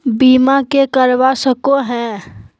बीमा के करवा सको है?